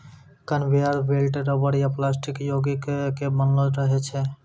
conveyor belt rubber या plastic योगिक के बनलो रहै छै